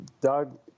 Doug